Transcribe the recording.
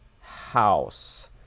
house